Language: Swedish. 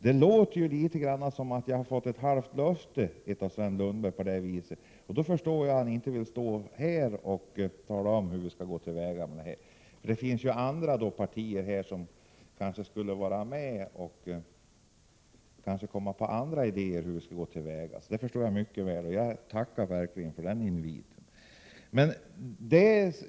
Det låter som om jag har fått ett halvt löfte av Sven Lundberg, och jag förstår att han inte vill stå här i kammaren och tala om hur vi skall gå till väga. Det finns ju andra partier här som kanske skulle vilja vara med och komma på andra idéer om hur vi skall gå till väga. Jag tackar verkligen för denna invit.